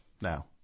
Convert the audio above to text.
now